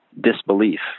disbelief